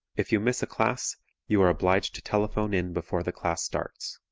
if you miss a class you are obliged to telephone in before the class starts.